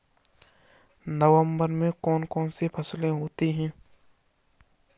नवंबर में कौन कौन सी फसलें होती हैं?